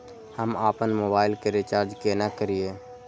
हम आपन मोबाइल के रिचार्ज केना करिए?